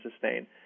sustain